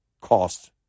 cost